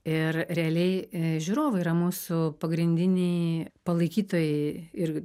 ir realiai žiūrovai yra mūsų pagrindiniai palaikytojai ir